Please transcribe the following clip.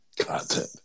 content